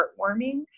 heartwarming